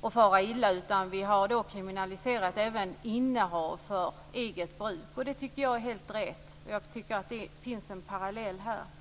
och fara illa, och därför har vi kriminaliserat även innehav för eget bruk. Jag tycker att det är helt rätt. Det finns en parallell här.